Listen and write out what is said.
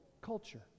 culture